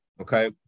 Okay